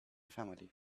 family